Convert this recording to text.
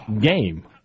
game